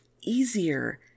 easier